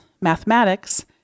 mathematics